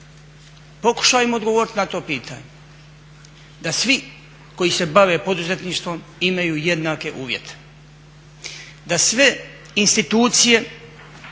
Pokušajmo odgovorit na to pitanje, da svi koji se bave poduzetništvom imaju jednake uvjete, da sve institucije